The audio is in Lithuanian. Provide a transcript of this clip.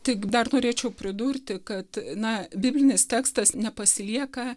tik dar norėčiau pridurti kad na biblinis tekstas nepasilieka